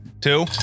two